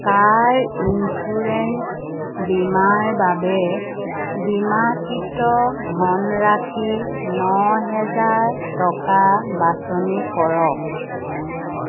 কাৰ insurance বীমাৰ বাবে বীমাকৃত ধনৰাশি ন হেজাৰ টকা বাছনি কৰক